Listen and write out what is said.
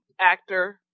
actor